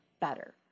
better